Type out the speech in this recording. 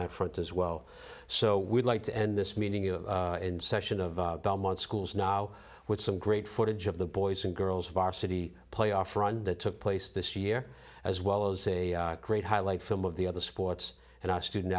that front as well so we'd like to end this meeting of in session of belmont schools now with some great footage of the boys and girls varsity playoff run that took place this year as well as a great highlight film of the other sports and i student